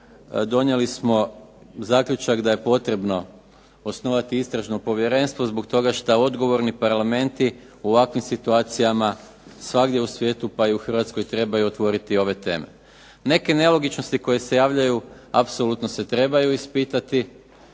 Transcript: donijeli smo zaključak da je potrebno osnovati istražno povjerenstvo zbog toga šta odgovorni parlamenti u ovakvim situacijama svagdje u svijetu, pa i u Hrvatskoj trebaju otvoriti ove teme. Neke nelogičnosti koje se javljaju apsolutno se trebaju ispitati,